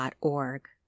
org